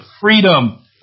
freedom